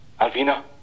alvina